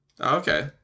Okay